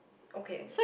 okay